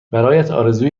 برایت